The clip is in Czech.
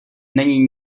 není